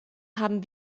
haben